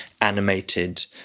animated